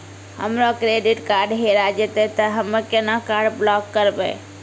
हमरो credit card हेरा जेतै ते हम्मय केना कार्ड ब्लॉक करबै?